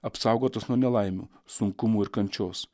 apsaugotas nuo nelaimių sunkumų ir kančios